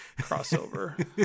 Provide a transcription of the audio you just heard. crossover